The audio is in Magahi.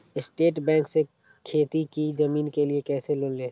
स्टेट बैंक से खेती की जमीन के लिए कैसे लोन ले?